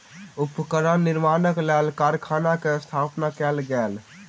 उपकरण निर्माणक लेल कारखाना के स्थापना कयल गेल